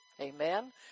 Amen